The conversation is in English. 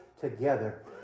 together